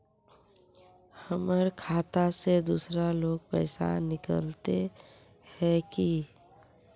हमर खाता से दूसरा लोग पैसा निकलते है की?